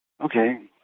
Okay